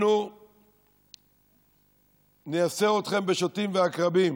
אנחנו נייסר אתכם בשוטים ועקרבים,